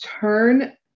turn